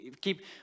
keep